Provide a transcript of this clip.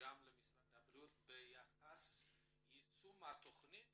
למשרד הבריאות ביחס ליישום התכנית